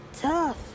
tough